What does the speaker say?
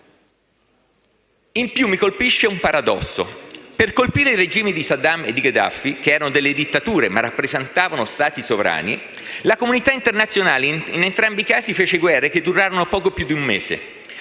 In più mi colpisce un paradosso: per colpire i regimi di Saddam e di Gheddafi, che erano delle dittature ma rappresentavano Stati sovrani, la comunità internazionale in entrambi i casi fece guerre che durarono poco più di un mese.